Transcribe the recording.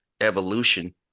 evolution